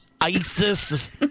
ISIS